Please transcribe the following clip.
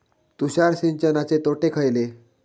तुषार सिंचनाचे तोटे खयले?